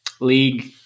league